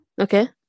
Okay